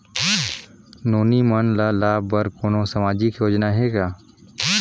नोनी मन ल लाभ बर कोनो सामाजिक योजना हे का?